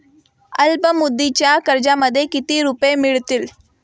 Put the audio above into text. अल्पमुदतीच्या कर्जामध्ये किती रुपये मिळतील?